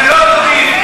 אתם לא נותנים.